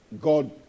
God